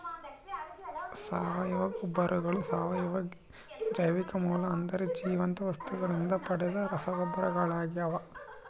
ಸಾವಯವ ಗೊಬ್ಬರಗಳು ಸಾವಯವ ಜೈವಿಕ ಮೂಲ ಅಂದರೆ ಜೀವಂತ ವಸ್ತುಗಳಿಂದ ಪಡೆದ ರಸಗೊಬ್ಬರಗಳಾಗ್ಯವ